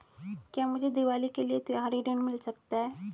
क्या मुझे दीवाली के लिए त्यौहारी ऋण मिल सकता है?